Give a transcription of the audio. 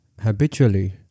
habitually